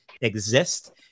exist